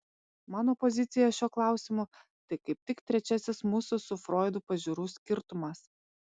mano pozicija šiuo klausimu tai kaip tik trečiasis mūsų su froidu pažiūrų skirtumas